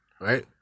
right